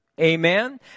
Amen